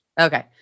Okay